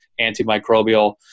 antimicrobial